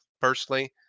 personally